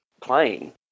playing